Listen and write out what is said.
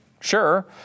sure